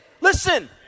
Listen